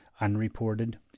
Unreported